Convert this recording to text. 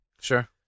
Sure